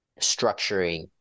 structuring